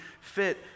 fit